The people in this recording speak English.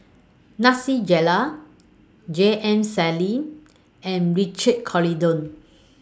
Nasir Jalil J M Sali and Richard Corridon